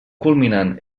culminant